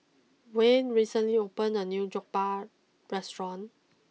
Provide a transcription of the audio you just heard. when recently opened a new Jokbal restaurant